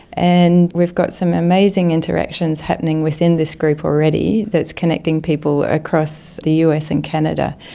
and we've got some amazing interactions happening within this group already that is connecting people across the us and canada,